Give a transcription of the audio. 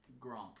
Gronk